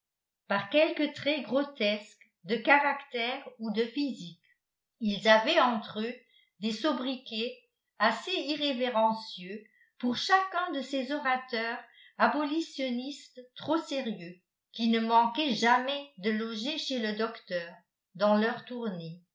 par quelque trait grotesque de caractère ou de physique ils avaient entre eux des sobriquets assez irrévérencieux pour chacun de ces orateurs abolitionistes trop sérieux qui ne manquaient jamais de loger chez le docteur dans leurs tournées